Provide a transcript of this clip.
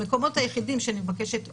המקומות היחידים שאני מבקשת השלמות,